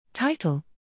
Title